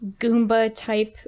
Goomba-type